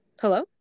Hello